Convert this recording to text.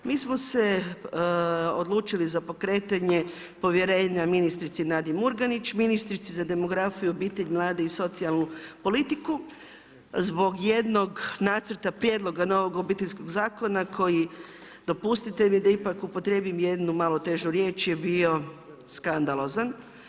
Mi smo se odlučili za pokretanje povjerenja ministrici Nadi Murganić, ministrici za demografiju, obitelj, mlade i socijalnu politiku zbog jednog nacrta prijedloga novog Obiteljskog zakona koji dopustite mi da ipak upotrijebim jednu malo težu rije, je bio skandalozan.